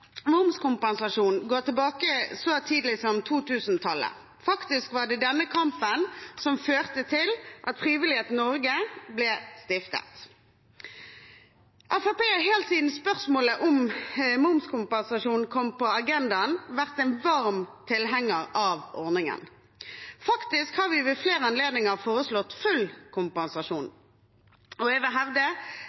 momskompensasjon går så langt tilbake som til 2000-tallet. Faktisk var det denne kampen som førte til at Frivillighet Norge ble stiftet. Fremskrittspartiet har helt siden spørsmålet om momskompensasjon kom på agendaen, vært en varm tilhenger av ordningen. Vi har ved flere anledninger foreslått full kompensasjon, og jeg vil hevde